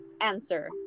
answer